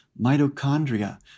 mitochondria